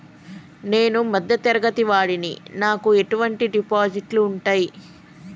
నేను మధ్య తరగతి వాడిని నాకు ఎటువంటి డిపాజిట్లు ఉంటయ్?